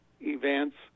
events